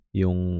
yung